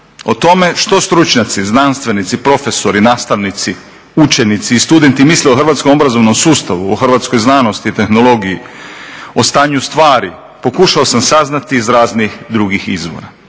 O tome što stručnjaci, znanstvenici, profesori, nastavnici, učenici i studenti misle o hrvatskom obrazovnom sustavu, o hrvatskoj znanosti i tehnologiji, o stanju stvari, pokušao sam saznati iz raznih drugih izvora.